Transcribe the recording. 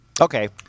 Okay